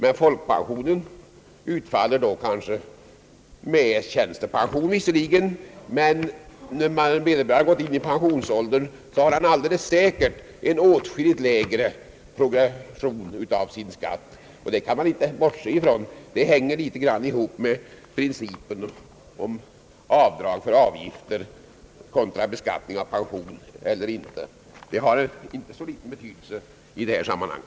Då vederbörande inkomsttagare uppnått pensionsåldern och folkpensionen utfaller — kanske tillsammans med tjänstepension — har han alldeles säkert en lägre skatteprogression. Detta faktum kan vi inte bortse ifrån — det hänger ihop med principen om avdrag för avgifter kontra beskattning av pension, Detta har inte så liten betydelse i detta sammanhang.